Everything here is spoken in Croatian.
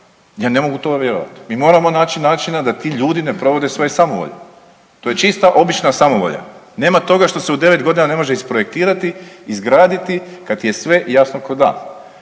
Ja ne mogu to vjerovati, mi moramo naći načina da ti ljudi ne provode svoje samovolje. To je čista obična samovolja, nema toga što se u 9.g. ne može isprojektirati i izgraditi kad je sve jasno ko dan.